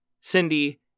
Cindy